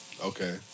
Okay